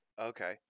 Okay